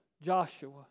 Joshua